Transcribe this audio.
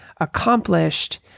accomplished